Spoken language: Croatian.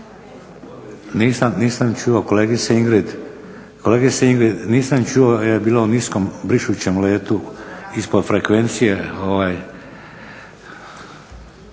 Nisam čuo kolegice Ingrid jer je bilo u niskom brišućem letu ispod frekvencije.